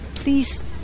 please